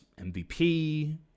MVP